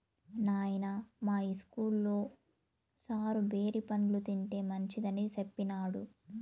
నాయనా, మా ఇస్కూల్లో సారు బేరి పండ్లు తింటే మంచిదని సెప్పినాడు